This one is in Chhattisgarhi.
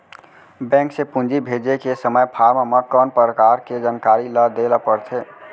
बैंक से पूंजी भेजे के समय फॉर्म म कौन परकार के जानकारी ल दे ला पड़थे?